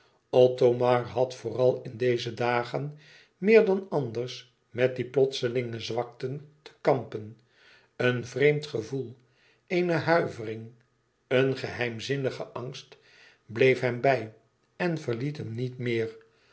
othomar had vooral in deze dagen meer dan anders met die plotselinge zwakten te kampen een vreemd gevoel eene huivering een geheimzinnige angst bleef hem bij en verliet hem niet de